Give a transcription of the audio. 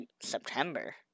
September